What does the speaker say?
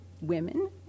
women